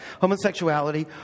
homosexuality